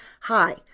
Hi